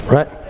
Right